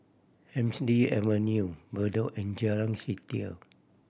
Hemsley Avenue Bedok and Jalan Setia